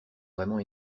vraiment